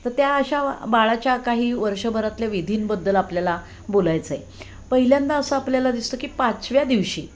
तर त्या अशा बाळाच्या काही वर्षभरातल्या विधींबद्दल आपल्याला बोलायचं आहे पहिल्यांदा असं आपल्याला दिसतं की पाचव्या दिवशी